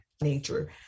nature